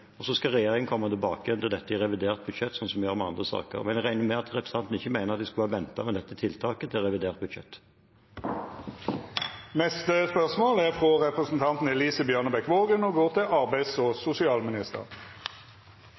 Så skal regjeringen komme tilbake til dette i revidert budsjett, slik vi gjør med andre saker. Jeg regner med at representanten ikke mener at vi skulle ha ventet med dette tiltaket til revidert budsjett. «Fafo har på oppdrag fra Fellesorganisasjonen gjennomført en større undersøkelse om vold og trusler i helse- og